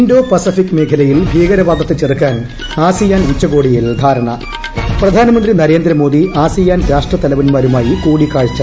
Indo Pacific മേഖലയിൽ ഭീകരവാദത്തെ ചെറുക്കാൻ ആസിയാൻ ഉച്ച്കോടിയിൽ ധാരണ പ്രധാനമന്ത്രി നരേന്ദ്രമോദി ആസിയാൻ രാഷ്ട്രതലവൻമാരുമായി കൂടിക്കാഴ്ച നടത്തി